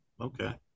okay